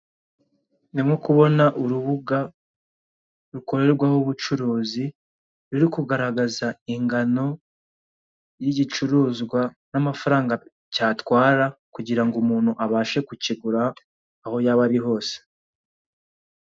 Ndimo kubona urubuga rukorerwaho ubucuruzi, ruri kugaragaza ingano y'igicuruzwa n'amafaranga cyatwara kugira ngo umuntu abashe kukigura, aho yaba ari hose.